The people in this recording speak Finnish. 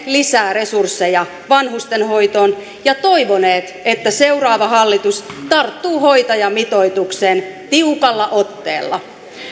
lisää resursseja vanhustenhoitoon ja toivonut että seuraava hallitus tarttuu hoitajamitoitukseen tiukalla otteella